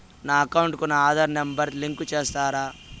నా అకౌంట్ కు నా ఆధార్ నెంబర్ లింకు చేసారా